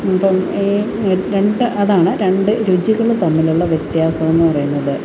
ഇപ്പം ഈ രണ്ട് അതാണ് രണ്ട് രുചികൾ തമ്മിലുള്ള വ്യത്യാസമെന്ന് പറയുന്നത്